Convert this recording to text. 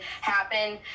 happen